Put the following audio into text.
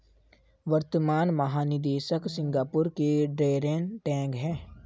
वर्तमान महानिदेशक सिंगापुर के डैरेन टैंग हैं